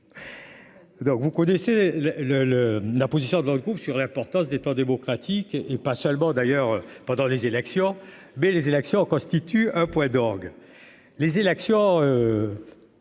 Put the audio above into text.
vous connaissez le le le la position d'un coup sur l'importance des temps démocratique, et pas seulement d'ailleurs pendant les élections. Bé les élections constitue un point d'orgue les élections.